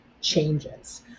changes